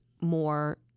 more